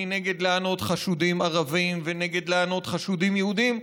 אני נגד לענות חשודים ערבים ונגד לענות חשודים יהודים.